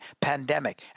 pandemic